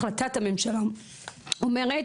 החלטת הממשלה אומרת,